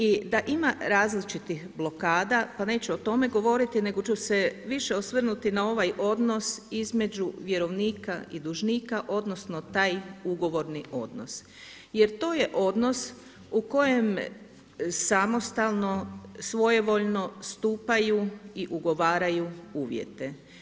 I da ima različitih blokada, pa neću o tome govoriti nego ću se više osvrnuti na ovaj odnos između vjerovnika i dužnika, odnosno taj ugovorni odnos jer to je odnos u kojem samostalno, svojevoljno stupaju i ugovaraju uvjete.